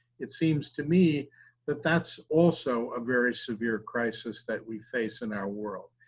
it seems to me that that's also a very severe crisis that we face in our world.